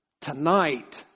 Tonight